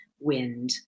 wind